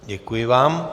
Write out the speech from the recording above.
Děkuji vám.